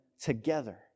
together